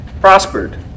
prospered